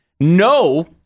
no